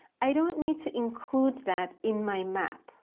i don't need to include that in my map.